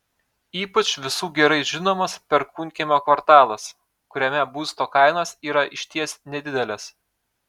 ypač visų gerai žinomas perkūnkiemio kvartalas kuriame būsto kainos yra išties nedidelės